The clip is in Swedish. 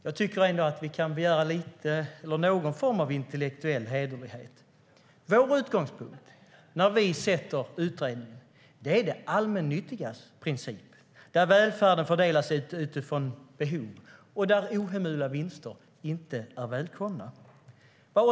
Jag tycker ändå att vi kan begära någon form av intellektuell hederlighet. Vår utgångspunkt, när vi tillsätter utredningar, är det allmännyttigas princip. Där fördelas välfärden utifrån behov, och ohemula vinster är inte välkomna.